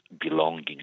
belonging